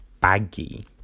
baggy